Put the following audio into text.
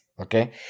okay